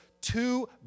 two